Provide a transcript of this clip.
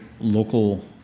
local